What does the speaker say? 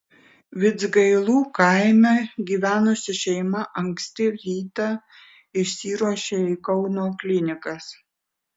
vidzgailų kaime gyvenusi šeima anksti rytą išsiruošė į kauno klinikas